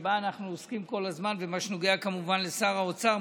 שבה אנחנו עוסקים כל הזמן במה שנוגע כמובן לשר האוצר,